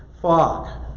fog